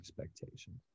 expectations